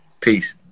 Peace